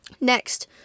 next